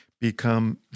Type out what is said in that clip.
become